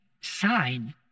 sign